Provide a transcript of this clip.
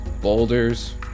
boulders